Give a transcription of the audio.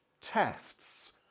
tests